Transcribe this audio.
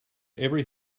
every